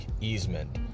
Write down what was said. easement